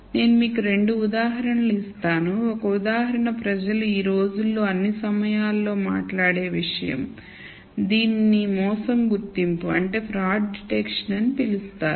నేను మీకు 2 ఉదాహరణలు ఇస్తాను ఒక ఉదాహరణ ప్రజలు ఈ రోజుల్లో అన్ని సమయాల్లో మాట్లాడే విషయం దీనిని మోసం గుర్తింపు అని పిలుస్తారు